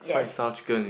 yes